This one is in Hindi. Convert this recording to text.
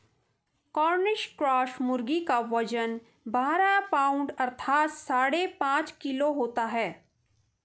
कॉर्निश क्रॉस मुर्गी का वजन बारह पाउण्ड अर्थात साढ़े पाँच किलो होता है